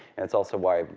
that's also why,